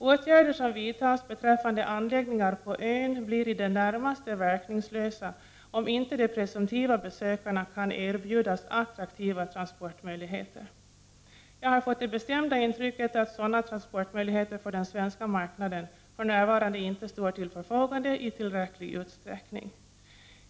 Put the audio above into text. Åtgärder som vidtas beträffande anläggningar på ön blir i det närmaste verkningslösa om inte de presumtiva besökarna kan erbjudas attraktiva transportmöjligheter. Jag har fått det bestämda intrycket att sådana transportmöjligheter för den svenska marknaden för närvarande inte står till förfogande i tillräcklig utsträckning.